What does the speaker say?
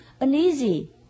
uneasy